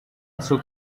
shook